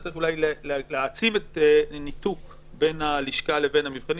אז צריך אולי להעצים את הניתוק בין הלשכה לבין המבחנים.